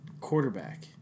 quarterback